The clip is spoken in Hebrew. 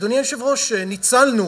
ניצלנו.